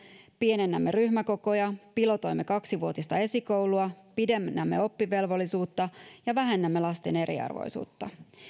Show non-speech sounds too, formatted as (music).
pienennämme ryhmäkokoja pilotoimme kaksivuotista esikoulua pidennämme oppivelvollisuutta (unintelligible) ja vähennämme lasten eriarvoisuutta (unintelligible) (unintelligible)